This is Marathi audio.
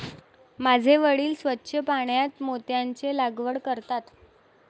माझे वडील स्वच्छ पाण्यात मोत्यांची लागवड करतात